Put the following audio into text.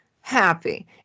happy